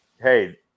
hey